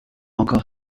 encore